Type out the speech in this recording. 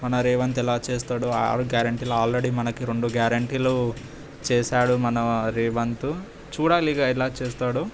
మన రేవంత్ ఎలా చేస్తాడో ఆరు గ్యారంటీలు ఆల్రడీ మనకి రెండు గ్యారంటీలు చేసాడు మన రేవంతు చూడాలి ఇక ఎలా చేస్తాడో